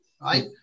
right